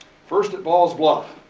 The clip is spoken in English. first at balls bluff,